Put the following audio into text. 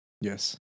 Yes